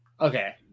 Okay